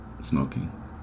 smoking